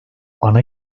ana